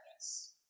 Yes